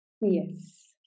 Yes